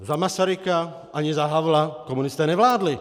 Za Masaryka ani za Havla komunisté nevládli.